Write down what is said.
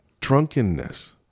Drunkenness